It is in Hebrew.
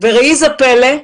וראי זה פלא,